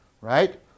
right